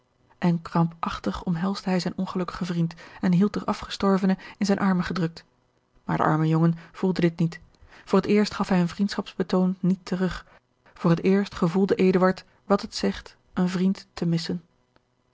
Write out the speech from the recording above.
en krampachtig omhelsde hij zijn ongelukkigen vriend en hield den afgestorvene in zijne armen gedrukt maar de arme jongen voelde dit niet voor het eerst gaf hij een vriendschapsbetoon niet terug voor het eerst gevoelde eduard wat het zegt een vriend te missen